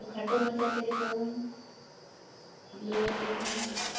ᱛᱚ ᱠᱷᱟᱴᱚ ᱢᱟᱪᱷᱟ ᱛᱮᱜᱮ ᱛᱟᱵᱚᱧ ᱞᱟᱹᱭᱟᱯᱮ ᱠᱟᱱᱟ